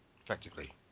effectively